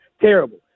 terrible